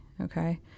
Okay